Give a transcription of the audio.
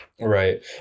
Right